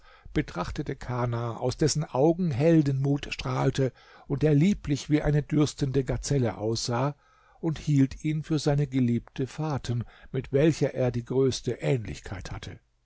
betrachtete kana aus dessen augen heldenmut strahlte und der lieblich wie eine dürstende gazelle aussah und hielt ihn für seine geliebte faten mit welcher er die größte ähnlichkeit hatte